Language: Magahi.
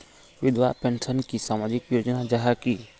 विधवा पेंशन की सामाजिक योजना जाहा की?